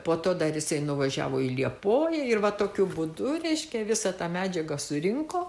po to dar jisai nuvažiavo į liepoją ir va tokiu būdu reiškia visą tą medžiagą surinko